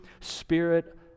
spirit